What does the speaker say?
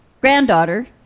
granddaughter